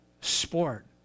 Sport